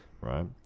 Right